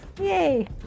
Yay